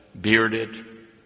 bearded